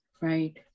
right